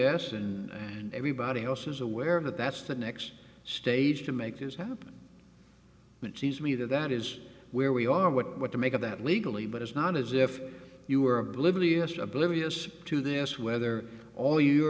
s and everybody else is aware of that that's the next stage to make this happen and it seems to me that that is where we are what to make of that legally but it's not as if you were oblivious oblivious to this whether all y